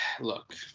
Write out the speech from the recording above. look